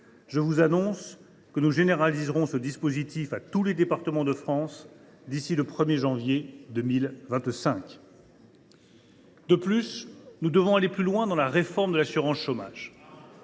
Je vous annonce que nous généraliserons ce dispositif à tous les départements de France d’ici au 1 janvier 2025. « De plus, nous devons aller plus loin dans la réforme de l’assurance chômage.